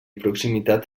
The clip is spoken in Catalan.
proximitat